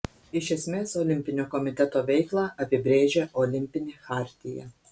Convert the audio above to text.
iš esmės olimpinio komiteto veiklą apibrėžia olimpinė chartija